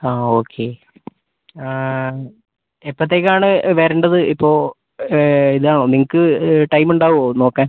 okay എപ്പത്തേക്കാണ് വരണ്ടത് ഇപ്പോൾ ഇതാണോ നിങ്ങൾക്ക് ടൈം ഉണ്ടാകുമോ നോക്കാൻ